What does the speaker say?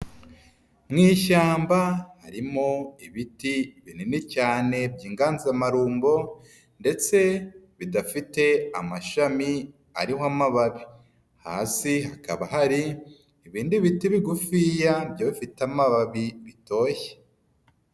Mu ishyamba harimo ibiti, binini cyane by'inganzamarumbo ndetse bidafite amashami ariho amababi, hasi hakaba hari ibindi biti bigufiya, byo bifite amababi, bitoshye.